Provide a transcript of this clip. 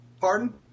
pardon